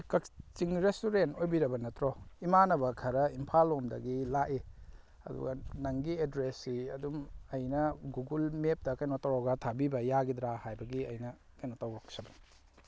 ꯀꯥꯛꯆꯤꯡ restaurant ꯑꯣꯏꯕꯤꯔꯕ ꯅꯠꯇ꯭ꯔꯣ ꯏꯃꯥꯅꯕ ꯈꯔ ꯏꯝꯐꯥꯜ ꯂꯣꯝꯗꯒꯤ ꯂꯥꯛꯏ ꯑꯗꯨꯒ ꯅꯪꯒꯤ ꯑꯦꯗ꯭ꯔꯦꯁꯁꯤ ꯑꯗꯨꯝ ꯑꯩꯅ ꯒꯨꯒꯨꯜ ꯃꯦꯞꯇ ꯀꯩꯅꯣ ꯇꯧꯔꯒ ꯊꯥꯕꯤꯕ ꯌꯥꯒꯗ꯭ꯔꯥ ꯍꯥꯏꯕꯒꯤ ꯑꯩꯅ ꯀꯩꯅꯣ ꯇꯧꯔꯛꯆꯕꯅꯤ